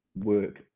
work